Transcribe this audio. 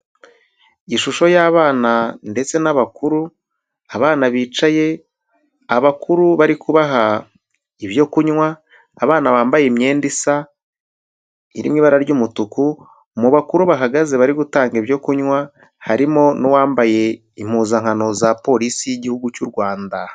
Ishusho y'abana ndetse n'abakuru, abana bicaye, abakuru bari kubaha ibyo kunywa, abana bambaye imyenda isa, iri mu ibara ry'umutuku, mu bakuru bahagaze bari gutanga ibyo kunywa, harimo n'uwambaye impuzankano za Polisi y'Igihugu cy'u Rwanda.